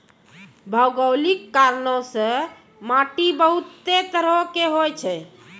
भौगोलिक कारणो से माट्टी बहुते तरहो के होय छै